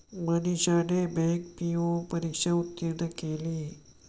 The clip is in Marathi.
मनीषाने बँक पी.ओ परीक्षा उत्तीर्ण केली